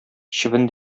чебен